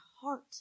heart